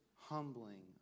humbling